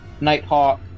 Nighthawk